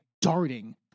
darting